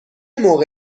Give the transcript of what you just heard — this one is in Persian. موقع